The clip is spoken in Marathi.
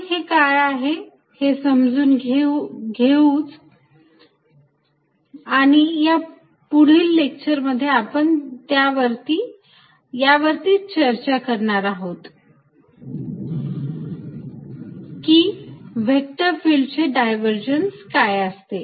आपण हे काय आहे हे समजून घेऊच आणि या पुढील लेक्चर मध्ये आपण यावरतीच चर्चा करणार आहोत की व्हेक्टर फिल्ड चे डायवरजन्स काय असते